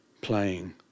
playing